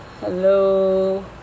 Hello